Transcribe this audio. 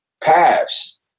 paths